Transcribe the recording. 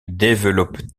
développe